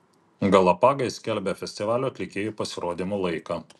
galapagai skelbia festivalio atlikėjų pasirodymų laiką